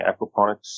aquaponics